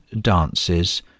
dances